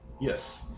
Yes